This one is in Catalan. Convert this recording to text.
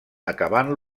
acabant